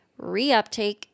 reuptake